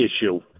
issue